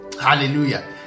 Hallelujah